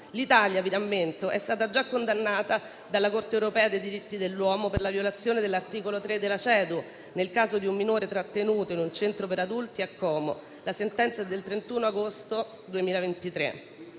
L'Italia, vi rammento, è stata già condannata dalla Corte europea dei diritti dell'uomo per la violazione dell'articolo 3 della CEDU, nel caso di un minore trattenuto in un centro per adulti a Como. La sentenza è del 31 agosto 2023.